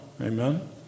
amen